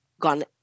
gone